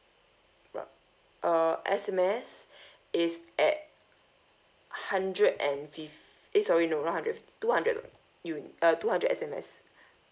uh S_M_S is at hundred and fif~ eh sorry no not hundred two hundred uni~ uh two hundred S_M_S